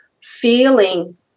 feeling